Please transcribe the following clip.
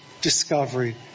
discovery